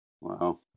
Wow